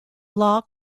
law